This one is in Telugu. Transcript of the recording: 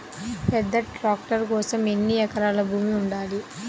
పెద్ద ట్రాక్టర్ కోసం ఎన్ని ఎకరాల భూమి ఉండాలి?